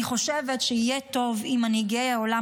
אני חושבת שיהיה טוב אם מנהיגי העולם